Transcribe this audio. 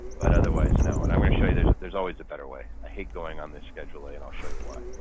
but otherwise, no. and i'm going to show you, there's there's always a better way. i hate going on the schedule a, and i'll show you why.